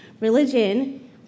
Religion